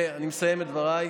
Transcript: ואני מסיים את דבריי,